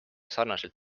sarnaselt